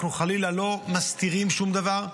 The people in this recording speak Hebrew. אנחנו חלילה לא מסתירים שום דבר,